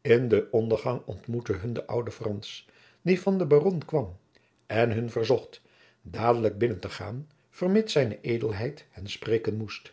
in den ondergang ontmoette hun de oude frans die van den baron kwam en hun verzocht dadelijk binnen te gaan vermits zijne edelheid hen spreken moest